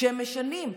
שהם משנים.